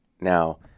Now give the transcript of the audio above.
Now